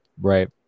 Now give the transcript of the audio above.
right